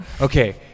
Okay